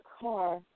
car